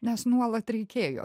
nes nuolat reikėjo